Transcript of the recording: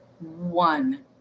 one